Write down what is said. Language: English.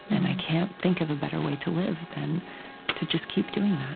and i can't think of a better way to live than to just keep doing